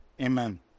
Amen